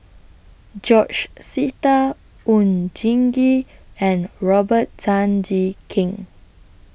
George Sita Oon Jin Gee and Robert Tan Jee Keng